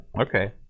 Okay